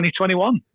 2021